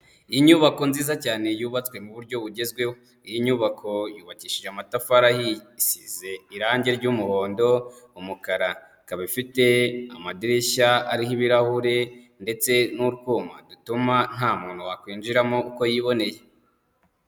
Inyubako nziza cyane yubatswe mu buryo bugezweho. Iyi nyubako yubakishije amatafari asize irangi ry'umuhondo, umukara. Ikaba ifite amadirishya ariho ibirahure, ndetse n'utwuma dutuma nta muntu wakwinjiramo uko yiboneye.